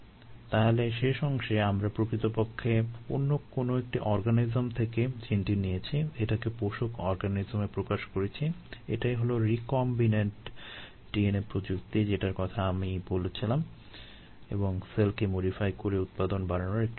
তাহলে শেষ অংশে আমরা প্রকৃতপক্ষে অন্য কোনো একটি অর্গানিজম থেকে জিনটি নিয়েছি এটাকে পোষক অর্গানিজমে প্রকাশ করেছি এটাই হলো রিকম্বিনেন্ট DNA প্রযুক্তি যেটার কথা আমি বলছিলাম এবং সেলকে মডিফাই করে উৎপাদন বাড়ানোর একটি উপায় আছে